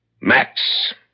Max